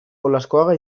olaskoaga